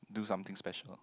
do something special